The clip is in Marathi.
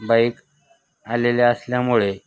बाईक आलेल्या असल्यामुळे